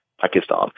Pakistan